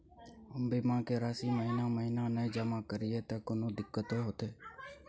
हम बीमा के राशि महीना महीना नय जमा करिए त कोनो दिक्कतों होतय?